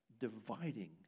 dividing